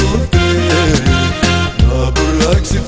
do you